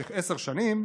במשך עשר שנים